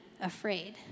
afraid